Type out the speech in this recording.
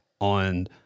on